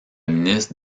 ministre